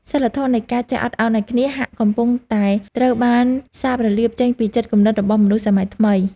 សីលធម៌នៃការចេះអត់ឱនឱ្យគ្នាហាក់កំពុងតែត្រូវបានសាបរលាបចេញពីចិត្តគំនិតរបស់មនុស្សសម័យថ្មី។